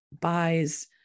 buys